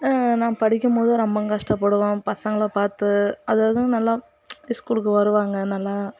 நான் படிக்கும்போது ரொம்ப கஷ்டப்படுவேன் பசங்களை பார்த்து அததும் நல்லா ஸ்கூலுக்கு வருவாங்க நல்லா